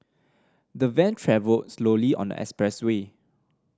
the van travelled slowly on the expressway